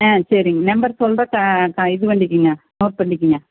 ஆ சரிங்க நம்பர் சொல்லுறேன் இது பண்ணிக்கிங்க நோட் பண்ணிக்கிங்க